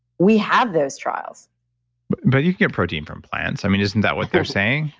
we have those trials but you get protein from plants. i mean, isn't that what they're saying?